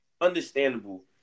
Understandable